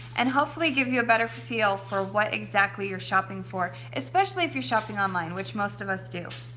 and hopefully give you a better feel for what exactly you're shopping for. especially if you're shopping online, which most of us do.